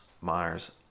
Myers